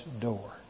door